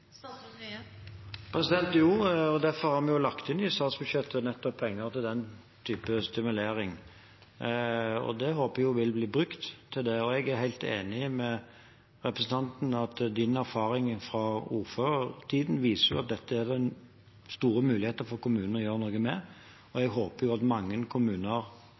Derfor har vi i statsbudsjettet lagt inn penger til nettopp den type stimulering. Det håper vi vil bli brukt til det. Jeg er helt enig med representanten i at hans erfaring fra ordførertiden viser at dette er det store muligheter for kommunene til å gjøre noe med. Jeg håper at mange kommuner